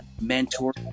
mentor